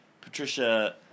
Patricia